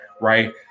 right